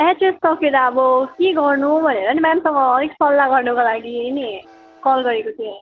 HS सकेर अब के गर्नु भनेर नि मेम तपाईँसँग अलिक सल्लाह गर्नुको लागि पनि कल गरेको थिएँ